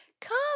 Come